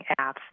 apps